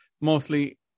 Mostly